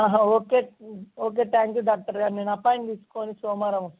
okay okay thank you doctor నేను appointment తీసుకొని సోమవారం